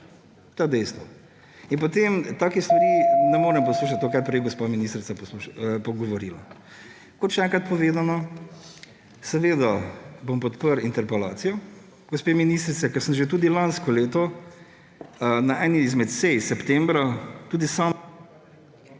je dejstvo. In potem take stvari, ne morem poslušat tega, kar je prej gospa ministrica govorila. Še enkrat povedano, seveda bom podprl interpelacijo gospe ministrice, ker sem že tudi lansko leto na eni izmed sej septembra tudi sam